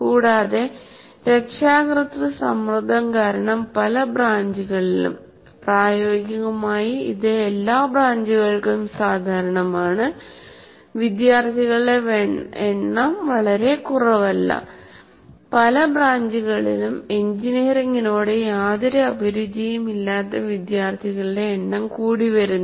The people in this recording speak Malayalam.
കൂടാതെ രക്ഷാകർതൃ സമ്മർദ്ദം കാരണം പല ബ്രാഞ്ചുകളിലും പ്രായോഗികമായി ഇത് എല്ലാ ബ്രാഞ്ചുൾക്കും സാധാരണമാണ് ഇത് വിദ്യാർത്ഥികളുടെ എണ്ണം വളരെ കുറവല്ല എഞ്ചിനീയറിംഗിനോട് യാതൊരു അഭിരുചിയും ഇല്ലാത്ത വിദ്യാർത്ഥികളുടെ എണ്ണം കൂടി വരുന്നു